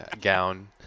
gown